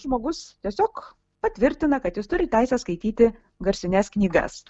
žmogus tiesiog patvirtina kad jis turi teisę skaityti garsines knygas